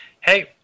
Hey